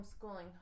homeschooling